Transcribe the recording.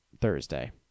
Thursday